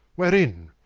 wherein?